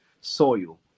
soil